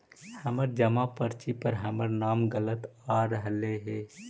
हमर जमा पर्ची पर हमर नाम गलत आ रहलइ हे